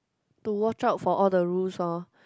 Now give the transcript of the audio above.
to watch out for all the rules orh